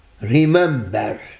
remember